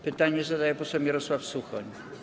Pytanie zadaje poseł Mirosław Suchoń.